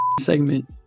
segment